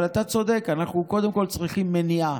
אבל אתה צודק, אנחנו קודם כול צריכים מניעה,